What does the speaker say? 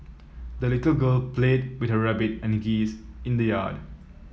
the little girl played with her rabbit and geese in the yard